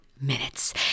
minutes